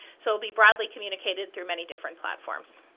so will be broadly communicated through many different platforms.